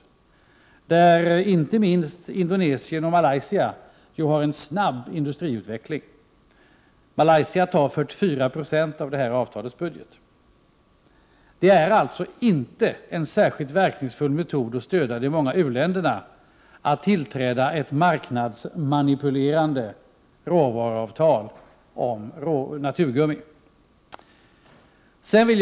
Inte minst Indonesien och Malaysia har en snabb industriutveckling. Malaysia tar 44 90 av detta avtals budget. Det kan vara skäl att erinra om detta, när det sägs att dessa råvaruavtal används som ett stöd för de många u-länderna. Att tillträda ett marknadsmanipulerande råvaruavtal om naturgummi är alltså inte en särskilt verkningsfull metod att stödja de många u-länderna.